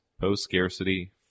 post-scarcity